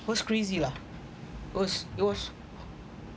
was crazy lah it was it was